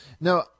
No